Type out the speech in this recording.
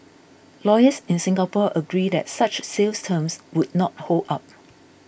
lawyers in Singapore agree that such sales terms would not hold up